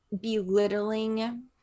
belittling